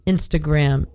Instagram